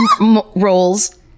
rolls